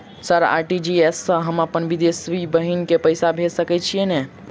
Sir RTGS सँ हम अप्पन विदेशी बहिन केँ पैसा भेजि सकै छियै की नै?